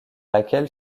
laquelle